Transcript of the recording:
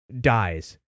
dies